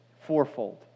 fourfold